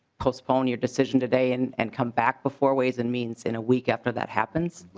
postpone your decision today and and come back before ways and means in a week after that happens?